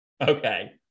Okay